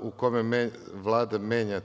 u kome Vlada menja